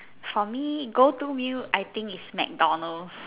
for me go to meal I think is MacDonalds